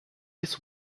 his